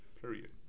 period